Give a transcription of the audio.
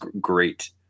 great